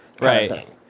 right